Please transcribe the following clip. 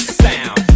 sound